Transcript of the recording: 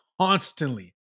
Constantly